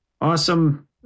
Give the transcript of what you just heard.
Awesome